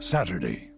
Saturday